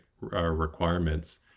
requirements